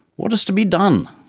what is to be done?